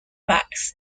hearts